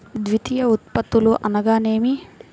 ద్వితీయ ఉత్పత్తులు అనగా నేమి?